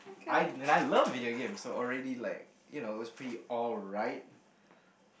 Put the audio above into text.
I and I love video games so already like you know it was pretty all right